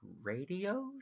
radios